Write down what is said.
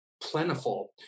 plentiful